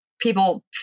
people